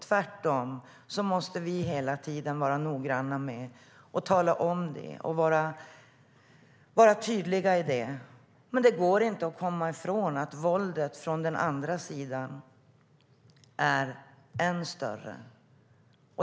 Tvärtom måste vi hela tiden vara noggranna med att tala om det och vara tydliga i det, men det går inte att komma ifrån att våldet från den andra sidan är ännu större.